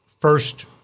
first